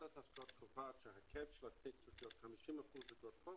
שוועדת ההשקעות קובעת --- צריך להיות 50% אגרות חוב